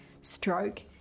stroke